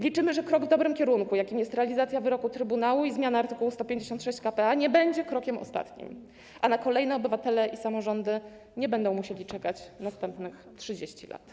Liczymy, że krok w dobrym kierunku, jakim jest realizacja wyroku trybunału i zmiana art. 156 k.p.a., nie będzie krokiem ostatnim, a na kolejny obywatele i samorządy nie będą musieli czekać następnych 30 lat.